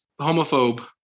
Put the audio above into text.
homophobe